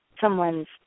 someone's